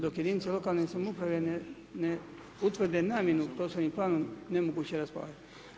Dok jedinica lokalne samouprave, ne utvrde namjenu poslovnim planom, nemoguće je raspolagati.